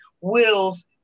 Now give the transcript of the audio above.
wills